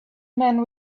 man